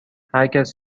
هرکس